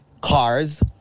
cars